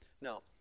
Now